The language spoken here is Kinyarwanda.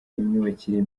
imyubakire